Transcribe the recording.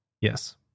Yes